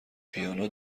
پیانو